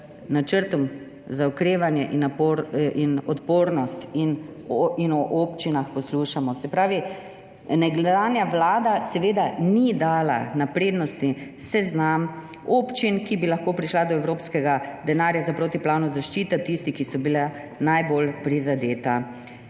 Načrtom za okrevanje in odpornost in poslušamo o občinah. Se pravi, nekdanja vlada seveda ni dala na prednostni seznam občin, ki bi lahko prišle do evropskega denarja za protipoplavno zaščito, tiste, ki so bile najbolj prizadete.